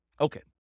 okay